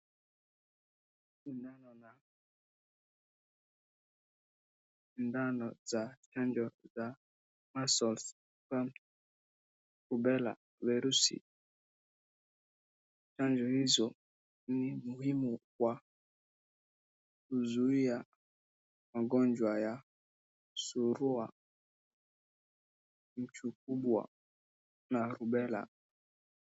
Sindano na sindano za chanjo za measles, mumps, rubella virusi. Chanjo hizo ni muhimu kwa kuzuia magonjwa ya surua, mchukubwa na rubela.